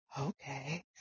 okay